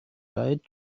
lied